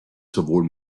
sowohl